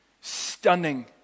Stunning